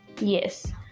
Yes